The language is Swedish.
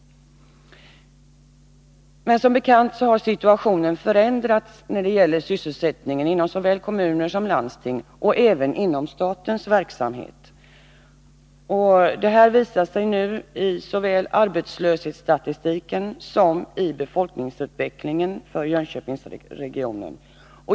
Som bekant har situationen förändrats när det gäller sysselsättningen inom såväl kommuner som landsting och även inom statens verksamhetsområde. Detta visar sig nu i statistiken över både arbetslösheten och befolkningsutvecklingen i Jönköpingsregionen.